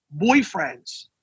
boyfriends